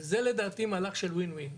ולדעתי זה מהלך מנצח.